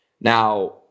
now